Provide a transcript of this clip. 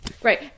Great